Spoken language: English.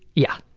yeah.